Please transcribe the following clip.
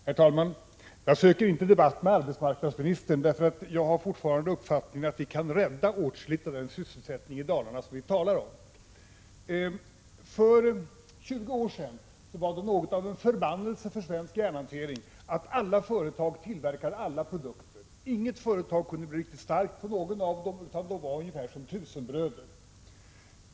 Herr talman! Jag söker inte debatt med arbetsmarknadsministern. Jag har nämligen fortfarande den uppfattningen att man kan rädda åtskilligt av den sysselsättning i Dalarna vilken vi talar om. För 20 år sedan var det något av en förbannelse för svensk järnhantering att alla företag tillverkade alla produkter. Inget av företagen kunde bli riktigt starkt när det gällde någon av dessa, utan de var ungefär som tusenbröder.